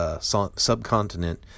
subcontinent